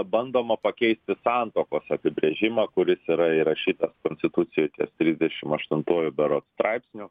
bandoma pakeisti santuokos apibrėžimą kuris yra įrašytas konstitucijos ties trisdešimt aštuntuoju berods straipsniu